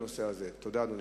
תודה, אדוני.